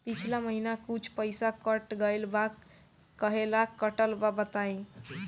पिछला महीना कुछ पइसा कट गेल बा कहेला कटल बा बताईं?